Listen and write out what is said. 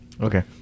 Okay